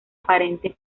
aparente